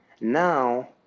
Now